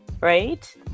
right